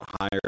higher